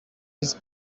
visi